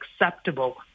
acceptable